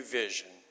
vision